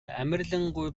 амарлингуй